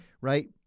right